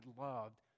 loved